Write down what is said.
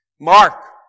Mark